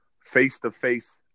face-to-face